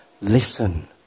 Listen